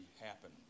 happen